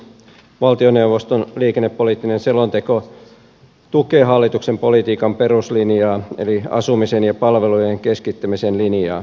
valtioneuvoston liikennepoliittinen selonteko tukee hallituksen politiikan peruslinjaa eli asumisen ja palvelujen keskittämisen linjaa